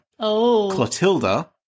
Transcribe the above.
Clotilda